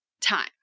time